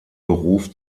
beruf